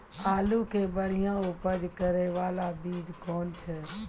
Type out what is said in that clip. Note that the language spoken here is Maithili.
आलू के बढ़िया उपज करे बाला बीज कौन छ?